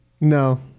No